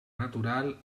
natural